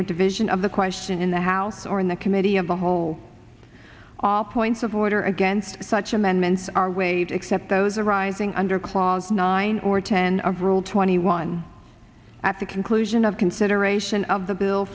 for division of the question in the house or in the committee of the whole all points of order against such amendments are waived except those arising under clause nine or ten of rule twenty one at the conclusion of consideration of the bill